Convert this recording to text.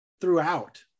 throughout